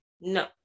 no